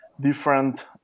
different